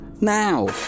now